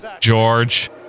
George